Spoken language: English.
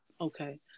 okay